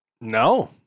No